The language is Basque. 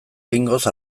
behingoz